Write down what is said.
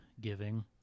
giving